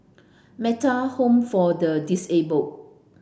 Metta Home for the Disabled